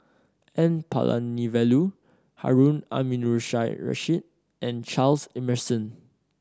N Palanivelu Harun Aminurrashid and Charles Emmerson